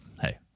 hey